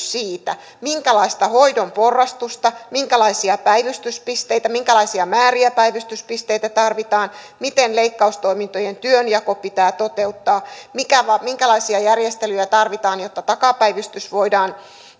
siitä minkälaista hoidon porrastusta minkälaisia päivystyspisteitä minkälaisia määriä päivystyspisteitä tarvitaan miten leikkaustoimintojen työnjako pitää toteuttaa minkälaisia järjestelyjä tarvitaan jotta takapäivystys voidaan